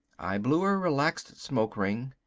i blew a relaxed smoke ring.